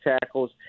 tackles